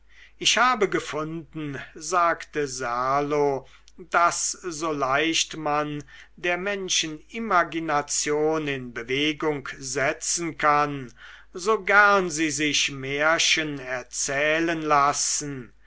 ich habe gefunden sagte serlo daß so leicht man der menschen imagination in bewegung setzen kann so gern sie sich märchen erzählen lassen